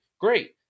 great